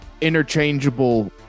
interchangeable